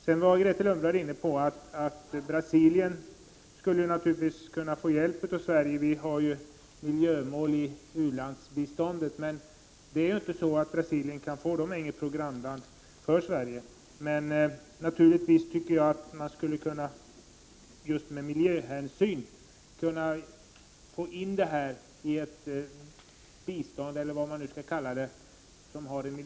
109 Grethe Lundblad var inne på att Brasilien skulle kunna få hjälp av Sverige eftersom vi har miljömål i utlandsbiståndet. Men Brasilien kan inte få sådan hjälp då det inte är något programland för Sverige. Miljöhänsyn skulle däremot kunna läggas in i annat bistånd eller annan verksamhet.